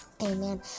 Amen